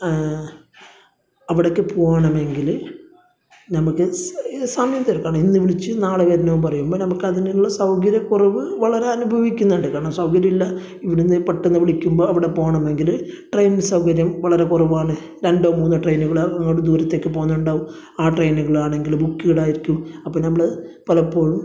അവിടേയ്ക്ക് പോകണമെങ്കില് നമ്മൾക്ക് സമയം വേണം ഇന്ന് വിളിച്ച് നാളെ വരണമെന്ന് പറയുമ്പോൾ നമ്മൾക്ക് അതിനുള്ള സൗകര്യക്കൊറവ് വളരെ അനുഭവിക്കുന്നുണ്ട് കാരണം സൗകര്യമില്ല ഇവിടെ നിന്ന് പെട്ടന്ന് വിളിക്കുമ്പോൾ അവിടെ പോകണമെങ്കില് ട്രെയിൻ സൗകര്യം വളരെക്കുറവാണ് രണ്ടോ മൂന്നോ ട്രെയിനുകളോ അങ്ങോട്ട് ദൂരത്തേയ്ക്ക് പോകുന്ന ഉണ്ടാകും ആ ട്രയിനുകളാണെങ്കില് ബൂക്ക്ഡ് ആയിരിക്കും അപ്പം നമ്മള് പലപ്പോഴും